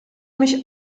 mich